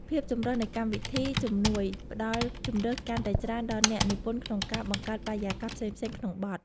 ភាពចម្រុះនៃកម្មវិធីជំនួយផ្ដល់ជម្រើសកាន់តែច្រើនដល់អ្នកនិពន្ធក្នុងការបង្កើតបរិយាកាសផ្សេងៗក្នុងបទ។